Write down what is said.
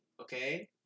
okay